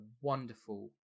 wonderful